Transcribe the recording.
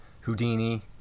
Houdini